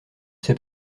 sais